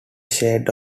shade